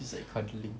just like cuddling